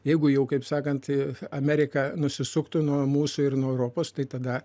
jeigu jau kaip sakant amerika nusisuktų nuo mūsų ir nuo europos tai tada